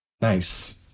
Nice